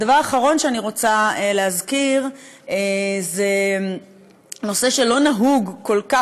הדבר האחרון שאני רוצה להזכיר הוא נושא שלא נהוג כל כך,